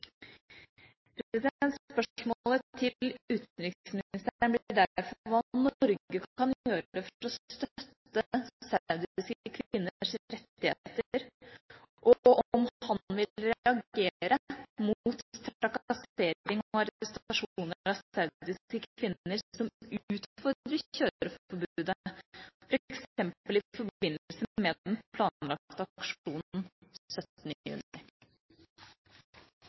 Spørsmålet til utenriksministeren blir derfor hva Norge kan gjøre for å støtte saudiske kvinners rettigheter, og om han vil reagere mot trakassering og arrestasjoner av saudiske kvinner som utfordrer kjøreforbudet, f.eks. i forbindelse med den planlagte aksjonen 17. juni?